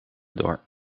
door